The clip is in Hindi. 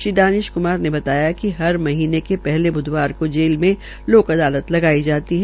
श्री दानिश कुमार ने बताया कि हर महीने के शहले ब्धवार को जेल में लोकअदालत लगाई जाती है